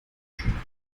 schiller